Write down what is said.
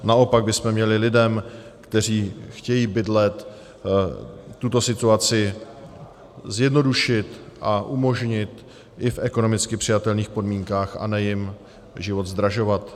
Naopak bychom měli lidem, kteří chtějí bydlet, tuto situaci zjednodušit a umožnit i v ekonomicky přijatelných podmínkách, a ne jim život zdražovat.